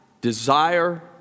desire